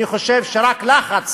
אני חושב שרק לחץ